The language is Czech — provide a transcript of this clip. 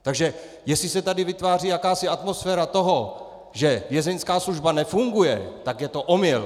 Takže jestli se tady vytváří jakási atmosféra toho, že vězeňská služba nefunguje, tak je to omyl!